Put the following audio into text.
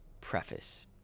preface